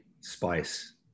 spice